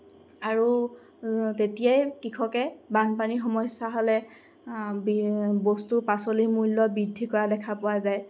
আৰু তেতিয়াই কৃষকে বানপানীৰ সমস্যা হ'লে বস্তু পাচলিৰ মূল্য বৃদ্ধি কৰা দেখা পোৱা যায়